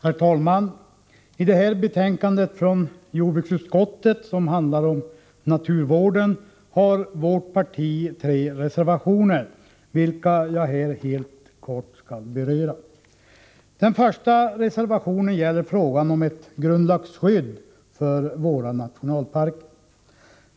Herr talman! I det här betänkandet från jordbruksutskottet, som handlar om naturvården, har vårt parti tre reservationer, vilka jag här helt kort skall beröra. Den första reservationen gäller frågan om ett grundlagsskydd för våra nationalparker.